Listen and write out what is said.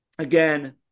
Again